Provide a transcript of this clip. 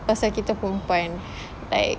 pasal kita perempuan like